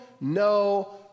no